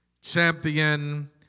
champion